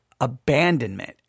abandonment